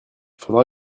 faudra